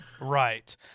Right